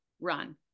run